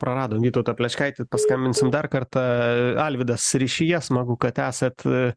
praradom vytautą plečkaitį paskambinsim dar kartą alvydas ryšyje smagu kad esat